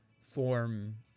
form